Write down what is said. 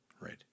right